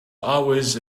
always